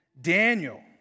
Daniel